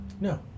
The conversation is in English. No